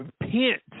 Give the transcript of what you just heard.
Repent